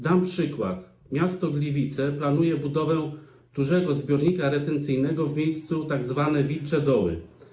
Dam przykład: miasto Gliwice planuje budowę dużego zbiornika retencyjnego w miejscu zwanym Wilcze Doły.